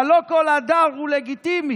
אבל לא כל הדר הוא לגיטימי.